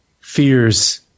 fears